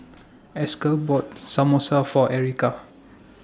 Esker bought Samosa For Erica